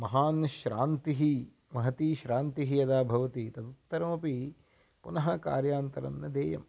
महान् श्रान्तिः महती श्रान्तिः यदा भवति तदुत्तरमपि पुनः कार्यान्तरं न देयं